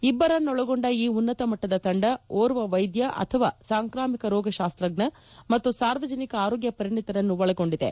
ಇಬ್ಬರನ್ನೊಳಗೊಂಡ ಈ ಉನ್ನತ ಮಟ್ಟದ ತಂಡ ಓರ್ವ ವೈದ್ಯ ಅಥವಾ ಸಾಂಕ್ರಾಮಿಕ ರೋಗಶಾಸ್ತ್ರಜ್ಞ ಮತ್ತು ಸಾರ್ವಜನಿಕ ಆರೋಗ್ಯ ಪರಿಣಿತರನ್ನು ಒಳಗೊಂಡಿದೆ